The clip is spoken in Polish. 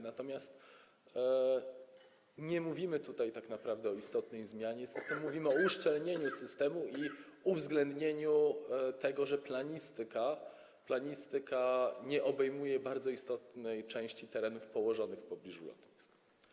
Natomiast nie mówimy tutaj tak naprawdę o istotnej zmianie systemu, mówimy o uszczelnieniu systemu i uwzględnieniu tego, że planistyka nie obejmuje bardzo istotnej części terenów położonych w pobliżu lotnisk.